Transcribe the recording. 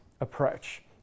approach